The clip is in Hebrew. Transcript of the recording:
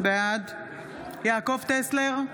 בעד יעקב טסלר,